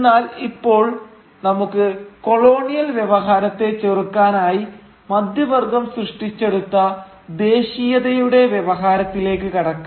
എന്നാൽ ഇപ്പോൾ നമുക്ക് കൊളോണിയൽ വ്യവഹാരത്തെ ചെറുക്കാനായി മധ്യവർഗ്ഗം സൃഷ്ടിച്ചെടുത്ത ദേശീയതയുടെ വ്യവഹാരത്തിലേക്ക് കടക്കാം